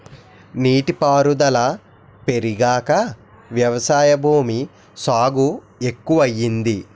నీటి పారుదుల పెరిగాక వ్యవసాయ భూమి సాగు ఎక్కువయింది